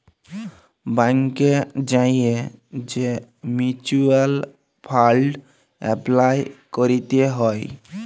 ব্যাংকে যাঁয়ে যে মিউচ্যুয়াল ফাল্ড এপলাই ক্যরতে হ্যয়